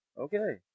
Okay